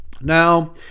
Now